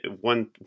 one